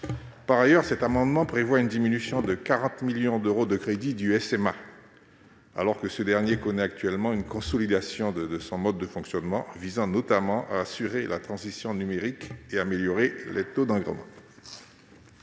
Par ailleurs, cet amendement est gagé sur une diminution de 40 millions d'euros des crédits du SMA, le service militaire adapté, alors que ce dernier connaît actuellement une consolidation de son mode de fonctionnement, visant notamment à assurer la transition numérique et à améliorer les taux d'encadrement.